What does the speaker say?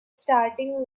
starting